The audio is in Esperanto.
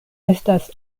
estas